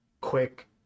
quick